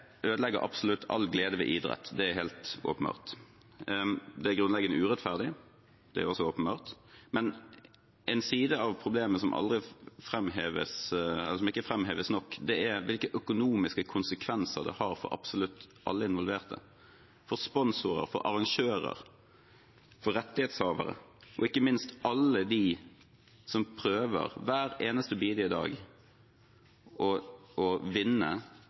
er helt åpenbart. Det er grunnleggende urettferdig – det er også åpenbart. Men en side av problemet som ikke fremheves nok, er hvilke økonomiske konsekvensene det har for absolutt alle involverte – sponsorer, arrangører, rettighetshavere og ikke minst alle dem som prøver, hver eneste, bidige dag, å vinne